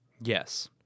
Yes